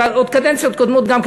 בקדנציות קודמות גם,